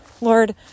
Lord